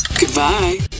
Goodbye